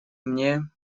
мне